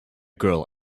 girl